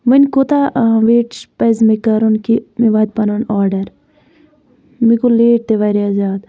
وَنہِ کوٗتاہ ویٹ پَزِ مےٚ کَرُن کہِ مےٚ واتہِ پَنُن آرڈَر مےٚ گوٚو لیٹ تہِ واریاہ زیادٕ